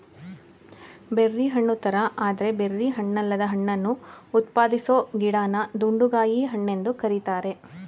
berry ಹಣ್ಣುತರ ಆದ್ರೆ berry ಹಣ್ಣಲ್ಲದ ಹಣ್ಣನ್ನು ಉತ್ಪಾದಿಸೊ ಗಿಡನ ದುಂಡುಗಾಯಿ ಹಣ್ಣೆಂದು ಕರೀತಾರೆ